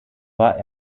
war